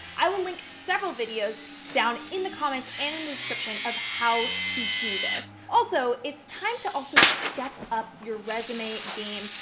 i will link several videos down in the comments, and in the description, of how to do this. also, it's time to also step up your resume game.